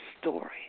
story